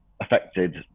affected